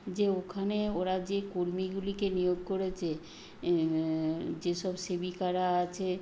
যে ওখানে ওরা যে কর্মীগুলিকে নিয়োগ করেছে যে সব সেবিকারা আছে